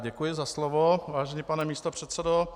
Děkuji za slovo, vážený pane místopředsedo.